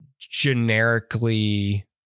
generically